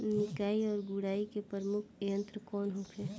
निकाई और गुड़ाई के प्रमुख यंत्र कौन होखे?